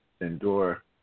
endure